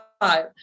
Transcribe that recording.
five